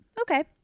okay